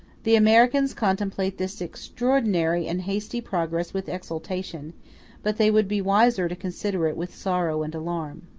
the americans contemplate this extraordinary and hasty progress with exultation but they would be wiser to consider it with sorrow and alarm.